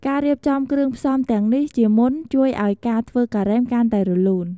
ការរៀបចំគ្រឿងផ្សំទាំងនេះជាមុន ជួយឱ្យការធ្វើការ៉េមកាន់តែរលូន។